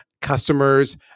customers